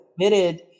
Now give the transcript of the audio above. committed